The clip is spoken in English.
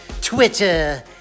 twitter